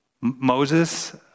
Moses